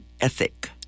ethic